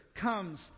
comes